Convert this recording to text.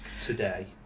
today